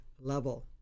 level